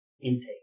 intake